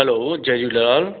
hello जय झूलेलाल